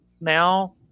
now